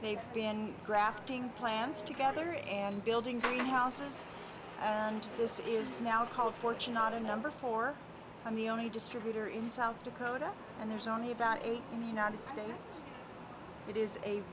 they've been grafting plants together and building houses and this is now called fortune not a number for i'm the only distributor in south dakota and there's only about eight i